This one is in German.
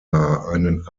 einen